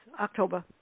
October